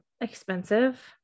expensive